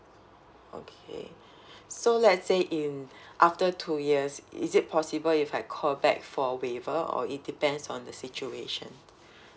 okay so let's say in after two years is it possible if I call back for waiver or it depends on the situation